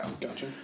Gotcha